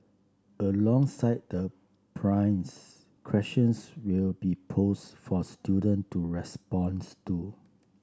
alongside the primers questions will be posed for student to responds to